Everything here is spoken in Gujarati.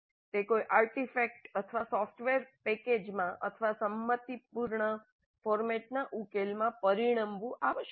તે કોઈ આર્ટિફેક્ટ અથવા સોફ્ટવેર પેકેજમાં અથવા સંમતિપૂર્ણ ફોર્મેટનાં ઉકેલમાં પરિણમવું આવશ્યક છે